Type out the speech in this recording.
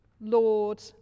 Lord